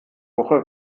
woche